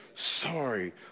Sorry